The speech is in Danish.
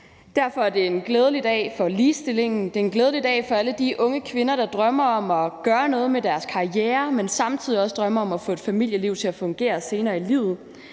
Derfor er det en glædelig dag for ligestillingen. Det er en glædelig dag for alle de unge kvinder, der drømmer om at gøre noget med deres karriere, men samtidig også drømmer om at få et familieliv til at fungere senere i livet,